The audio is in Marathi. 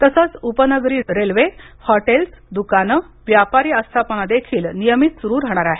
तसंच उपनगरी रेल्वे हॉटेल दुकाने व्यापारी आस्थापनेदेखील नियमित सुरू राहणार आहेत